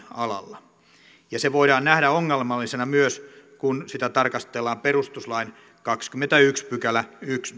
alalla ja se voidaan nähdä ongelmallisena myös kun sitä tarkastellaan perustuslain kahdennenkymmenennenensimmäisen pykälän